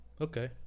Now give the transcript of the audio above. Okay